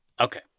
Okay